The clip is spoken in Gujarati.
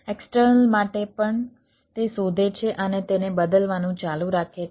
એક્સટર્નલ માટે પણ તે શોધે છે અને તેને બદલવાનું ચાલુ રાખે છે